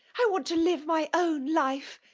i want to live my own life.